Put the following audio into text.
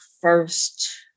first